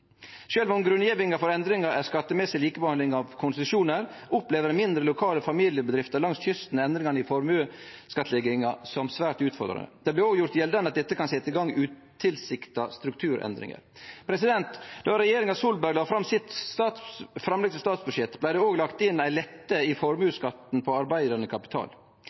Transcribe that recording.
Sjølv om grunngjevinga for endringa er skattemessig likebehandling av konsesjonar, opplever mindre, lokale familiebedrifter langs kysten endringane i formuesskattlegginga som svært utfordrande. Det blir òg gjort gjeldande at dette kan setje i gang utilsikta strukturendringar. Då regjeringa Solberg la fram sitt framlegg til statsbudsjett, blei det òg lagt inn ei lette i formuesskatten på arbeidande kapital.